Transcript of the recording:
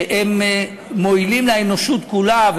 שמועילים לאנושות כולה,